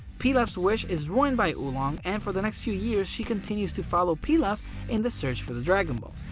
pilaf's wish is ruined by oolong and for the next few years she continues to follow pilaf in the search for the dragon balls.